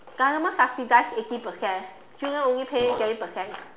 government subsidise eighty percent student only pay twenty percent